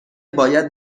باید